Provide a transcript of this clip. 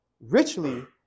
richly